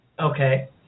Okay